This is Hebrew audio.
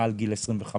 מעל גיל 25,